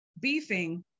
beefing